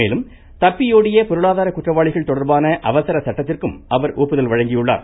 மேலும் தப்பியோடிய பொருளாதார குற்றவாளிகள் தொடா்பான அவசர சட்டத்திற்கும் அவர் ஒப்புதல் வழங்கியுள்ளார்